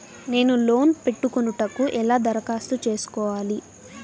నేను లోన్ పెట్టుకొనుటకు ఎలా దరఖాస్తు చేసుకోవాలి?